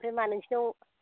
आमफ्राय मा नोंसोरनाव